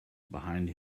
behind